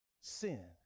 sin